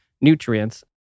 nutrients